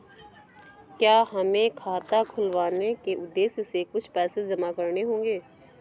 क्या हमें खाता खुलवाने के उद्देश्य से कुछ पैसे जमा करने होंगे?